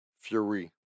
Fury